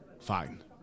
Fine